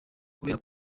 kubera